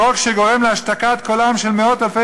חוק שגורם להשתקת קולם של מאות-אלפי